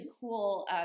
cool